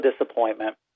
disappointment